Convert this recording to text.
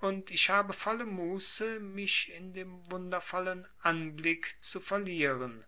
und ich habe volle muße mich in dem wundervollen anblick zu verlieren